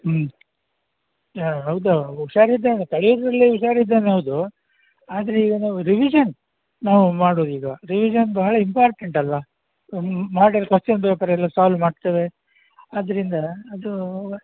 ಹ್ಞೂ ಯ ಹೌದು ಹುಷಾರಿದ್ದಾನೆ ಕಲಿಯುವುದರಲ್ಲಿ ಹುಷಾರಿದ್ದಾನೆ ಹೌದು ಆದರೆ ಈಗ ನಾವು ರಿವಿಶನ್ ನಾವು ಮಾಡುವುದು ಈಗ ರಿವಿಶನ್ ಭಾಳ ಇಂಪಾರ್ಟೆಂಟ್ ಅಲ್ವಾ ಹ್ಞೂ ಮಾಡೆಲ್ ಕ್ವೆಶ್ಚನ್ ಪೇಪರ್ ಎಲ್ಲ ಸಾಲ್ವ್ ಮಾಡ್ತೇವೆ ಅದರಿಂದ ಅದು